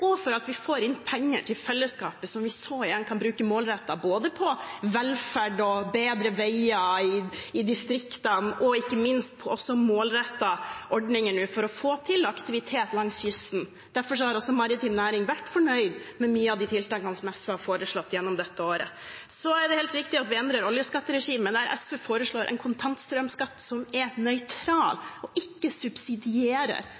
og at vi får inn penger til fellesskapet, som vi igjen kan bruke målrettet på velferd, på bedre veier i distriktene og ikke minst på målrettede ordninger nå for å få til aktivitet langs kysten. Derfor har maritim næring vært fornøyd med mange av de tiltakene som SV har foreslått gjennom dette året. Så er det helt riktig at vi endrer oljeskatteregimet når SV foreslår en kontantstrømskatt som er